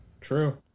True